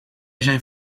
zijn